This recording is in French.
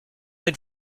êtes